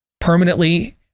permanently